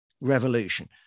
revolution